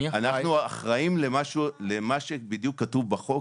אנחנו אחראים למה שכתוב בחוק,